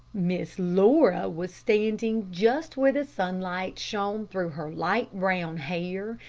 miss laura was standing just where the sunlight shone through her light-brown hair,